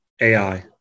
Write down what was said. AI